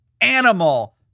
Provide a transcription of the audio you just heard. animal